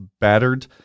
battered